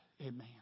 Amen